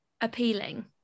appealing